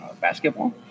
basketball